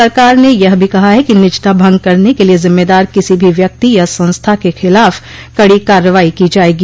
सरकार ने यह भी कहा है कि निजता भंग करने के लिए जिम्मेदार किसी भी व्यक्ति या संस्था के खिलाफ कड़ी कार्रवाई की जाएगी